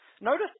Notice